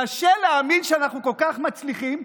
קשה להאמין שאנחנו כל כך מצליחים,